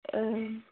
ओं